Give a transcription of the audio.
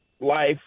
life